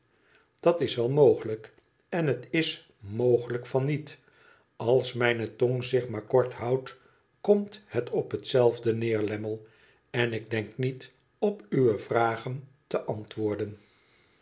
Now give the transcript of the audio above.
idat is wel mogelijk en het is mogelijk van niet als mijne tong zich maar kort houdt komt het op hetzelfde neer lammie en ik denk niet op uwe vragen te antwoorden